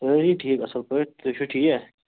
سٲری ٹھیٖک اَصٕل پٲٹھۍ تُہۍ چھِو ٹھیٖک